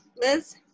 Liz